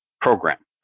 program